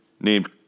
named